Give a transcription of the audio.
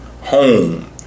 home